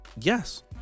Yes